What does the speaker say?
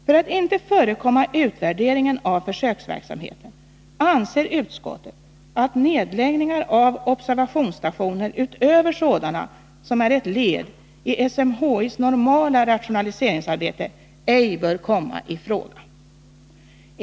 För att inte förekomma utvärderingen av försöksverksamheten anser utskottet att nedläggningar av observationsstationer utöver sådana som är ett led i SMHI:s normala rationaliseringsarbete ej bör komma i fråga.